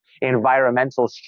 environmental